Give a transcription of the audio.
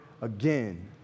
again